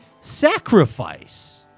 sacrifice